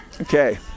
Okay